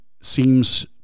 seems